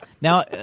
now